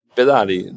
pedali